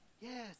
yes